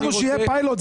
אמרנו שיהיה פיילוט.